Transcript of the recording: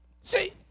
See